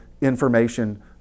information